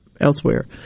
elsewhere